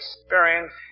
experience